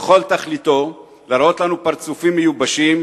וכל תכליתו להראות לנו פרצופים מיובשים